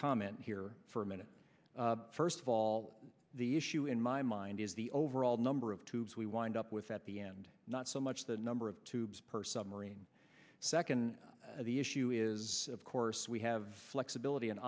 comment here for a minute first of all the issue in my mind is the overall number of tubes we wind up with at the end not so much the number of tubes per submarine second the issue is of course we have flexibility an